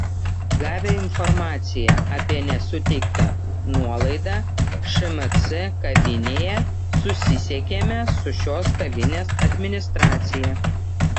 gavę informaciją apie nesuteiktą nuolaidą šmc kavinėje susisiekėme su šios kavinės administracija